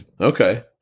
Okay